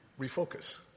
refocus